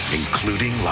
including